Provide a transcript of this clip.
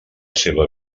seva